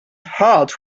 heart